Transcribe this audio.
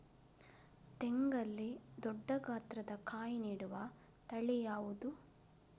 ತೆಂಗಲ್ಲಿ ದೊಡ್ಡ ಗಾತ್ರದ ಕಾಯಿ ನೀಡುವ ತಳಿ ಯಾವುದು?